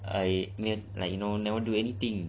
I mean like you know never do anything